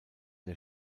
der